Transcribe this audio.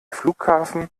flughafen